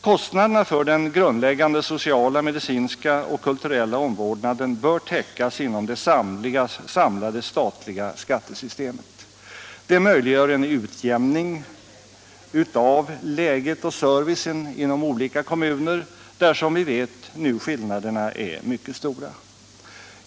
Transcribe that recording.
Kostnaderna för den grundläggande sociala, medicinska och kulturella omvårdnaden bör täckas inom det samlade statliga skattesystemet. Det möjliggör en utjämning av läget och servicen inom olika kommuner där, som vi vet, skillnaderna nu är mycket stora.